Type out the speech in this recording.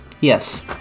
Yes